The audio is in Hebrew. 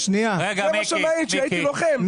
זה מה שמעיד שהייתי לוחם,